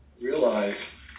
realize